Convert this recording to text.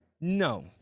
No